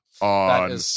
on